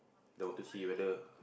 they want to see whether